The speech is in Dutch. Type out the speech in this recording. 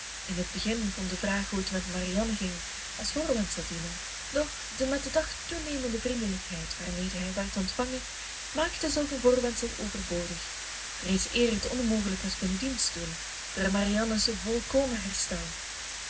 in het begin kon de vraag hoe het marianne ging als voorwendsel dienen doch de met den dag toenemende vriendelijkheid waarmede hij werd ontvangen maakte zulk een voorwendsel overbodig reeds eer het onmogelijk had kunnen dienst doen door marianne's volkomen herstel